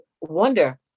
wonder